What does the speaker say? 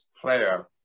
player